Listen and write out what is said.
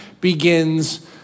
begins